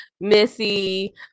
Missy